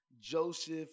Joseph